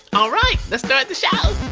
all right, let's start the show